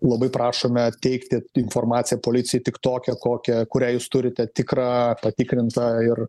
labai prašome teikti informaciją policijai tik tokią kokia kurią jūs turite tikra patikrinta ir